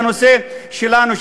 שהנושא שלנו,